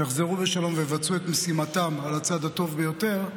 שיחזרו בשלום ויבצעו את משימתם על הצד הטוב ביותר,